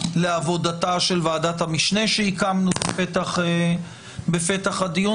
לעבודתה של ועדת המשנה שהקמנו בפתח הדיון,